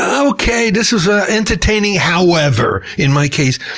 okay, this was ah entertaining. however, in my case,